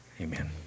Amen